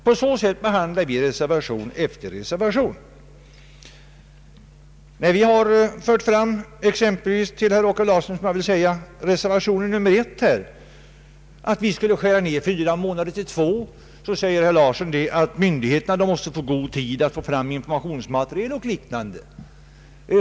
På så sätt handlar vi i reservation efter reservation. Vi har t.ex. i reservation 1 hemställt om nedskärning av fyra månader till två, och då anser herr Larsson att myndigheterna måste ha god tid att få fram informationsmaterial och liknande.